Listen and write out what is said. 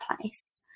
place